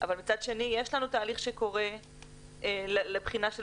אבל מצד שני יש לנו תהליך שקורה לבחינה של